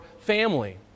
family